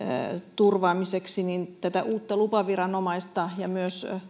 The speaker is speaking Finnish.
turvaamiseksi tätä uutta lupaviranomaista ja myös